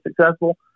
successful